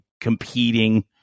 competing